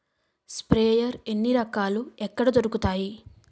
Sprayer ఎన్ని రకాలు? ఎక్కడ దొరుకుతాయి?